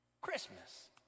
Christmas